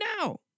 now